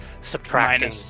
subtracting